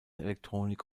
elektronik